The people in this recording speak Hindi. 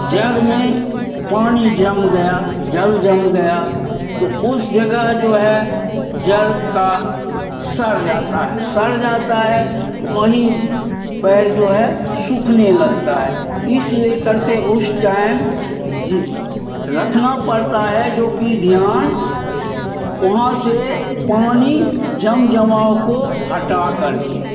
जड़ में पानी जम गया जल जम गया तो उस जगह जो है जड़ का सड़ जाता है सड़ जाता है तो वहीं पैर जो है सूखने लगता है इस लेकर के उस टैम जी रखना पड़ता है जोकि ध्यान वहाँ से पानी जम जमाव को हटाकर के